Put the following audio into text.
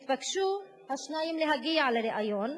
התבקשו השניים להגיע לריאיון,